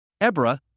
Ebra